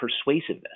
persuasiveness